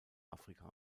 afrika